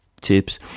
tips